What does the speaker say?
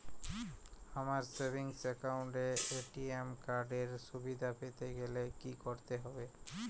আমার savings account এ ATM card এর সুবিধা পেতে গেলে কি করতে হবে?